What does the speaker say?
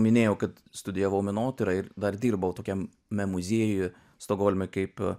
minėjau kad studijavau menotyrą ir dar dirbau tokiame muziejuje stokholme kaip